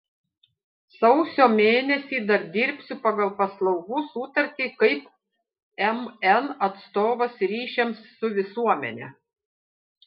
sausio mėnesį dar dirbsiu pagal paslaugų sutartį kaip mn atstovas ryšiams su visuomene